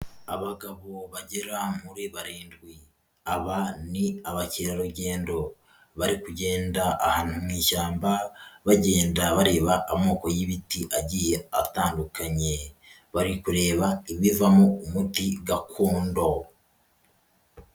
Abagabo bagera muri barindwi aba ni abakerarugendo, bari kugenda ahantu mu ishyamba bagenda bareba amoko y'ibiti agiye atandukanye, bari kureba ibivamo umuti gakondo.